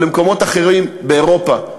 או למקומות אחרים באירופה,